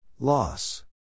Loss